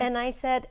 and i said